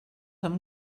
amb